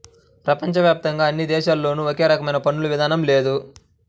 ప్రపంచ వ్యాప్తంగా అన్ని దేశాల్లోనూ ఒకే రకమైన పన్నుల విధానం లేదు